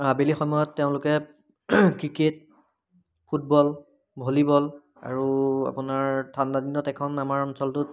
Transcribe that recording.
আবেলি সময়ত তেওঁলোকে ক্ৰিকেট ফুটবল ভলীবল আৰু আপোনাৰ ঠাণ্ডাদিনত এখন আমাৰ অঞ্চলটোত